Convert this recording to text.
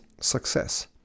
success